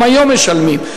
גם היום משלמים,